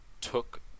took